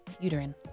uterine